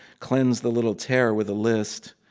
cleanse the little tear with a list,